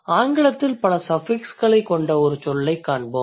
ஆங்கிலத்தில் பல சஃபிக்ஸ்களைக் கொண்ட ஒரு சொல்லைக் காண்போம்